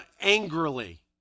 angrily